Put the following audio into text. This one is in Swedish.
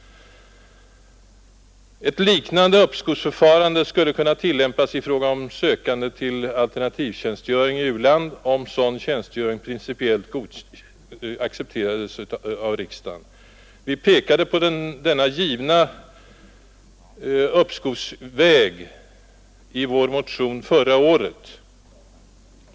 Ett liknande uppskovsförfarande skulle kunna tillämpas i fråga om sökande till alternativtjänstgöring i u-land, om sådan tjänstgöring principiellt accepterades av riksdagen. Vi pekade på uppskov som en given utväg till det här föreliggande problemets lösning i vår motion förra året.